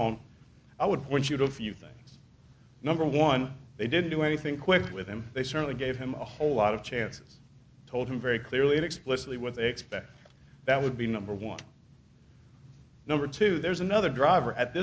on i would point you to a few things number one they didn't do anything quick with him they certainly gave him a whole lot of chances told him very clearly and explicitly what they expect that would be number one number two there's another driver at